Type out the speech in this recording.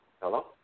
Hello